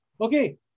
Okay